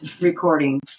recording